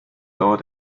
dauert